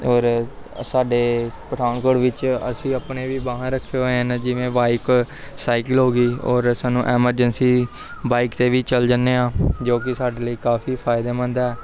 ਔਰ ਸਾਡੇ ਪਠਾਨਕੋਟ ਵਿੱਚ ਅਸੀਂ ਆਪਣੇ ਵੀ ਵਾਹਨ ਰੱਖੇ ਹੋਏ ਹਨ ਜਿਵੇਂ ਬਾਈਕ ਸਾਈਕਲ ਹੋ ਗਈ ਔਰ ਸਾਨੂੰ ਐਮਰਜੈਂਸੀ ਬਾਈਕ 'ਤੇ ਵੀ ਚਲ ਜਾਂਦੇ ਹਾਂ ਜੋ ਕਿ ਸਾਡੇ ਲਈ ਕਾਫ਼ੀ ਫ਼ਾਇਦੇਮੰਦ ਹੈ